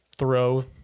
throw